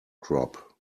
crop